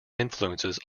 influences